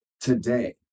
Today